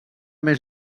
més